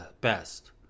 best